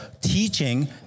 teaching